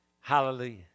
Hallelujah